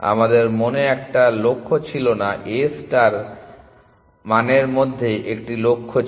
আমাদের মনে একটা লক্ষ্য ছিল না A ষ্টার মনের মধ্যে একটি লক্ষ্য ছিল